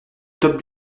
top